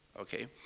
Okay